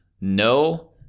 no